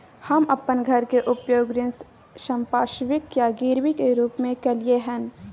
हम अपन घर के उपयोग ऋण संपार्श्विक या गिरवी के रूप में कलियै हन